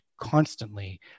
constantly